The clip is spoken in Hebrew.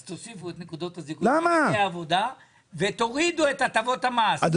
אז תוסיפו את נקודות הזיכוי למענקי העבודה ותורידו את הטבות המס.